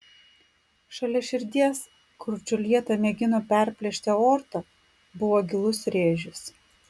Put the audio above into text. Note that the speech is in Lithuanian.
šalia širdies kur džiuljeta mėgino perplėšti aortą buvo gilus rėžis